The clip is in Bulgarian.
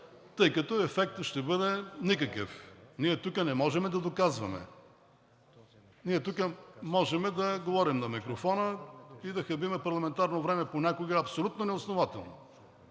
тъй като ефектът ще бъде никакъв. Ние тук не можем да доказваме. Ние тук можем да говорим на микрофона и да хабим парламентарно време, понякога абсолютно неоснователно.